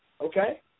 okay